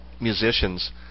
musicians